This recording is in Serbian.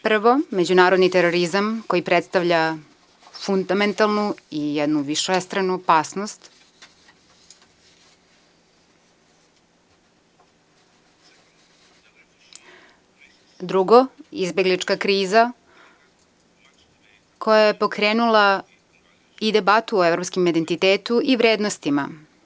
Prvo, međunarodni terorizam, koji predstavlja fundamentalnu i jednu višestranu opasnost, drugo, izbeglička kriza, koja je pokrenula i debatu o evropskom identitetu i vrednostima.